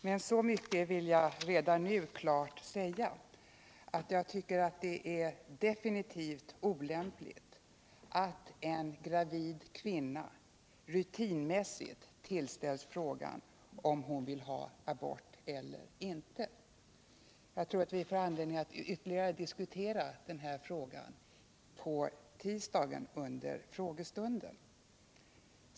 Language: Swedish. Men så mycket vill jag redan klart säga, att jag tycker att det är definitivt olämpligt att en gravid kvinna rutinmässigt tillställs frågan om hon vill ha abort eller inte. Jag tror att vi får anledning att ytterligare diskutera den här frågan på tisdag under frågestunden.